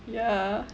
ya